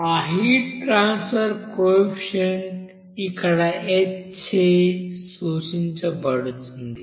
ఆ heat transfer coefficient ఇక్కడ h చే సూచించబడుతుంది